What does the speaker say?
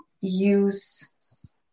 use